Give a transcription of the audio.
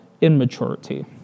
immaturity